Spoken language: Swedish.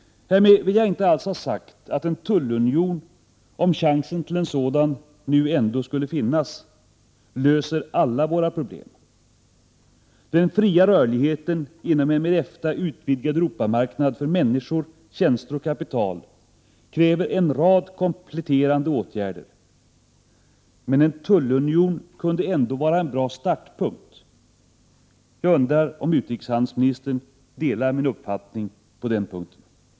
Härmed vill jag inte alls ha sagt att en tullunion, om chansen till en sådan nu ändå skulle finnas, löser alla våra problem. Den fria rörligheten inom en med EFTA utvidgad Europamarknad för människor, tjänster och kapital kräver en rad kompletterande åtgärder. Men en tullunion kunde ändå vara en bra startpunkt. Jag undrar om utrikeshandelsministern delar min uppfattning på den punkten.